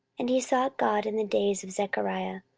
and he sought god in the days of zechariah,